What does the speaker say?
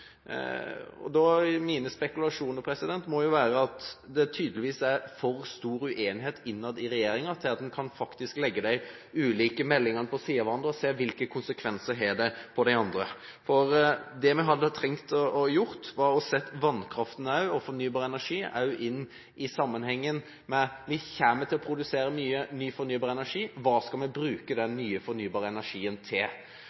at det tydeligvis er for stor uenighet innad i regjeringen til at den faktisk kan legge de ulike meldingene ved siden av hverandre og se hvilke konsekvenser de har for hverandre. For det vi hadde trengt å gjøre, var å se vannkraft og fornybar energi i sammenheng med at vi kommer til å produsere mye ny fornybar energi, og hva vi skal bruke denne nye fornybare energien til.